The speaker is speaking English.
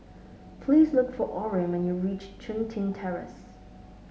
please look for Orin when you reach Chun Tin Terrace